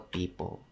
people